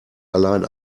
allein